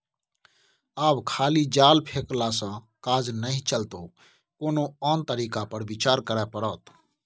आब खाली जाल फेकलासँ काज नहि चलतौ कोनो आन तरीका पर विचार करय पड़त